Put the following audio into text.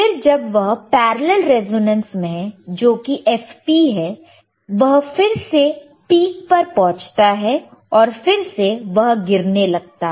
फिर जब वह पैरेलल रेसोनेंस में है जो किfp है वह फिर से पीक पर पहुंचता है और फिर से वह गिरने लगता है